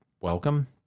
welcome